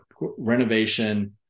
renovation